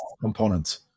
components